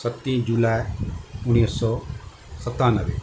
सतीं जूलाए उणिवीह सौ सतानवे